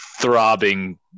throbbing